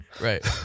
Right